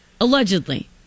allegedly